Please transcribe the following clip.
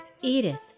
Edith